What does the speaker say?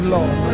Lord